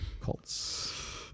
Cults